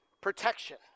protection